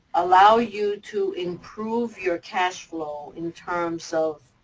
allow you to improve your cash flow in terms of,